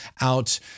out